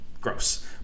gross